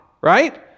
right